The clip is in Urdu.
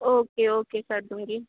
اوکے اوکے کر دوں گی